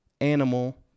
animal